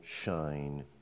shine